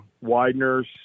Widener's